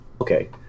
Okay